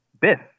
Biff